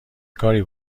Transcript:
کاری